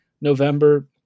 November